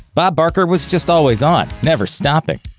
bob barker was just always on, never stopping.